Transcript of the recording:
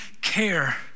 care